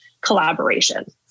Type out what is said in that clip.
collaboration